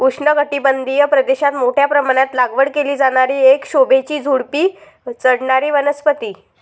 उष्णकटिबंधीय प्रदेशात मोठ्या प्रमाणात लागवड केली जाणारी एक शोभेची झुडुपी चढणारी वनस्पती